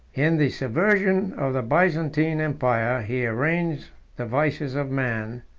in the subversion of the byzantine empire, he arraigns the vices of man,